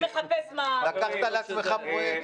לקחת לעצמך פרויקט,